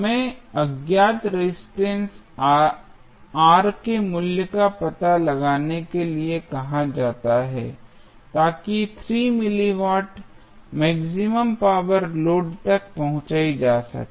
हमें अज्ञात resistance R के मूल्य का पता लगाने के लिए कहा जाता है ताकि 3 milliwatt maximum power load तक पहुंचाई जा सके